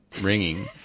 ringing